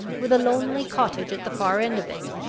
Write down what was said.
with a lonely cottage at the far end of it,